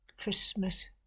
Christmas